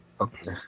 Okay